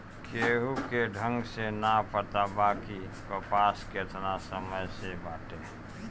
केहू के ढंग से ना पता बा कि कपास केतना समय से बाटे